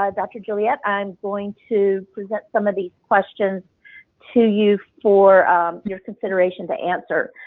um dr. juliette, i'm going to present some of these questions to you for your consideration to answer.